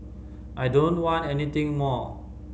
I don't want anything more